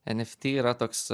eft yra toks